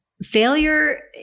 failure